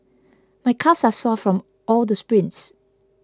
my calves are sore from all the sprints